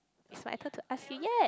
is my turn to ask me yet